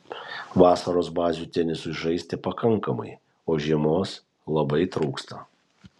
vasaros bazių tenisui žaisti pakankamai o žiemos labai trūksta